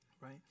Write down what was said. Right